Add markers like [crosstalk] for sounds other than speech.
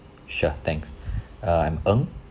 sure thanks [breath] uh I'm ng